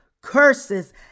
curses